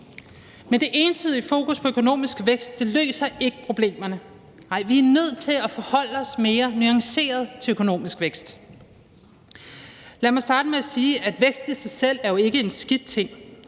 Men det ensidige fokus på økonomisk vækst løser ikke problemerne. Nej, vi er nødt til at forholde os mere nuanceret til økonomisk vækst. Lad mig starte med at sige, at vækst i sig selv jo ikke er en skidt ting.